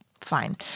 Fine